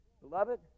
Beloved